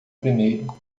primeiro